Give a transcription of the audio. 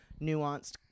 nuanced